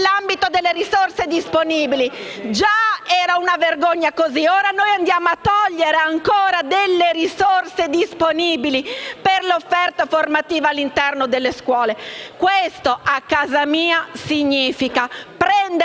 nell'ambito delle risorse disponibili. Già era una vergogna così, e ora andiamo a togliere ancora delle risorse disponibili per l'offerta formativa all'interno delle scuole. Questo, a casa mia, significa prendere